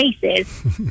faces